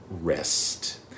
rest